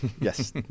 yes